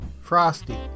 Frosty